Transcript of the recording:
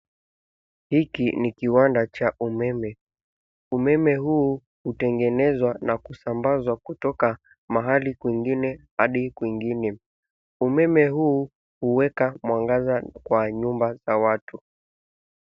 Hiki ni kiwanda cha umeme. Umeme huu hutengenezwa na kusambazwa kutoka mahali kwingine, hadi kwingine. Umeme huu, huweka mwangaza kwa nyumba za watu.